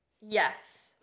yes